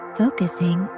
focusing